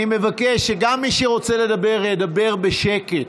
אני מבקש שגם מי שרוצה לדבר, ידבר בשקט.